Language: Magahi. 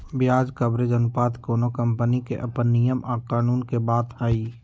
ब्याज कवरेज अनुपात कोनो कंपनी के अप्पन नियम आ कानून के बात हई